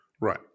Right